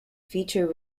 feature